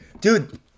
dude